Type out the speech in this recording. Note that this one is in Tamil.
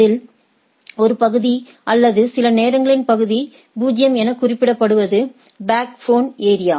அதில் ஒரு பகுதி அல்லது சில நேரங்களில் பகுதி 0 என குறிப்பிடப்படுவது பேக்போன் ஏரியா